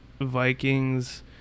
Vikings